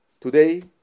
today